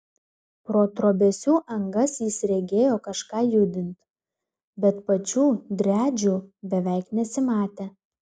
pro trobesių angas jis regėjo kažką judant bet pačių driadžių beveik nesimatė